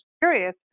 curious